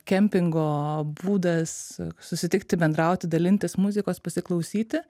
kempingo būdas susitikti bendrauti dalintis muzikos pasiklausyti